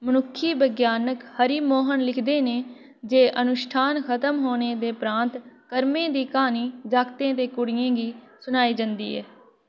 मनुक्खी वैज्ञानक हरि मोहन लिखदे न जे अनुश्ठान खत्म होने दे परांत्त कर्में दी क्हानी जागतें ते कुड़ियें गी सनाई जंदी ऐ